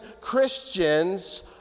Christians